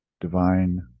divine